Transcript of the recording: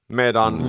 medan